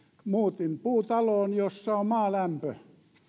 muutin puutaloon jossa on maalämpö